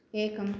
एकम्